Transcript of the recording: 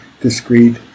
discrete